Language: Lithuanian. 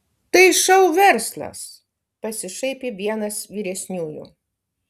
tai šou verslas pasišaipė vienas vyresniųjų